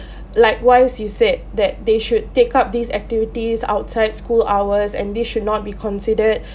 likewise you said that they should take up these activities outside school hours and this should not be considered